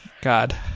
God